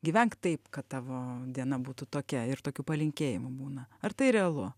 gyvenk taip kad tavo diena būtų tokia ir tokių palinkėjimų būna ar tai realu